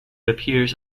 appears